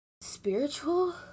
Spiritual